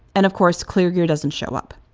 and, of course, kleargear doesn't show up.